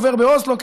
עובר באוסלו,